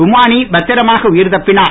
விமானி பத்திரமாக உயிர் தப்பினார்